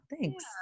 thanks